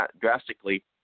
drastically